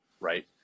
right